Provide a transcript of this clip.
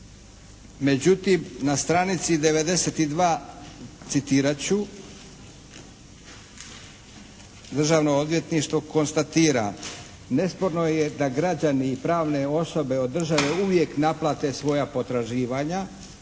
Međutim na stranici 92. citirat ću: "Državno odvjetništvo konstatira nesporno je da građani i pravne osobe od države uvijek naplate svoja potraživanja